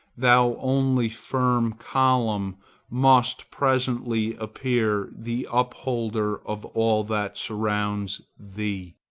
thou only firm column must presently appear the upholder of all that surrounds thee.